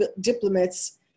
diplomats